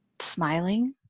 smiling